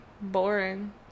boring